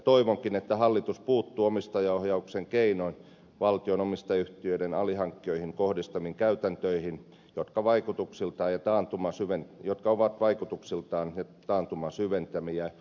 toivonkin että hallitus puuttuu omistajaohjauksen keinoin valtion omistajayhtiöiden alihankkijoihin kohdistamiin käytäntöihin jotka vaikutukselta ja taantuma syvene jotka ovat vaikutuksiltaan taantumaa syventäviä